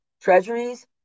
treasuries